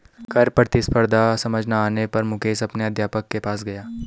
कर प्रतिस्पर्धा समझ ना आने पर मुकेश अपने अध्यापक के पास गया